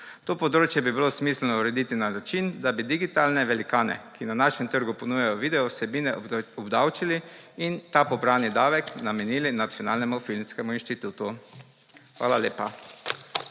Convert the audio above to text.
To področje bi bilo smiselno urediti na način, da bi digitalne velikane, ki na našem trgu ponujajo videovsebine, obdavčili in ta pobrani davek namenili nacionalnemu filmskemu inštitutu. Hvala lepa.